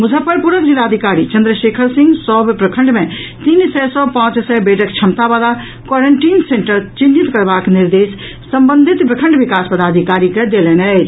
मुजफ्फरपुरक जिलाधिकारी चंद्रशेखर सिंह सभ प्रखंड मे तीन सय सँ पांच सय बेडक क्षमता वला क्वारेंटीन सेन्टर चिन्हित करबाक निर्देश संबंधित प्रखंड विकास पदाधिकारी के देलनि अछि